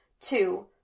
Two